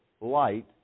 light